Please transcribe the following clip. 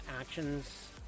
actions